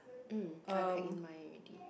(mm)I pack in mine already